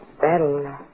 that'll